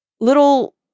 little